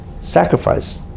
sacrifice